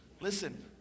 Listen